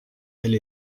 elle